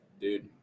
dude